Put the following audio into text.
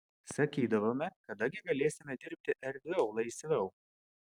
sakydavome kada gi galėsime dirbti erdviau laisviau